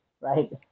right